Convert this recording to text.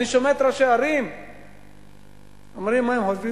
אני שומע את ראשי הערים אומרים: מה הם חושבים?